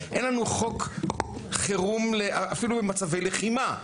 וגם אין לנו חוק חירום למצבי לחימה.